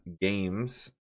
games